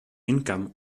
income